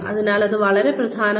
അതിനാൽ ഇത് വളരെ പ്രധാനമാണ്